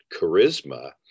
charisma